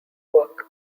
work